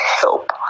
help